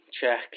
check